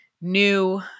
new